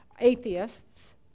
atheists